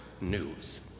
news